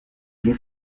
wir